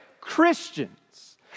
Christians